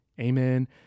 amen